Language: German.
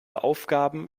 aufgaben